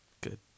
Good